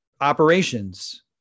Operations